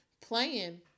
playing